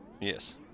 yes